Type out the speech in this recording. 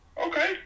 Okay